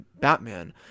Batman